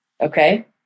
Okay